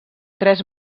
tres